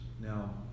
Now